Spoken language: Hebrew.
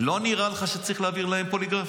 לא נראה לך שצריך להעביר אותם פוליגרף?